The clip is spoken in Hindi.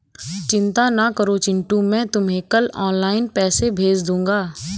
चिंता ना करो चिंटू मैं तुम्हें कल ऑनलाइन पैसे भेज दूंगा